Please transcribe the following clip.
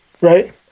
Right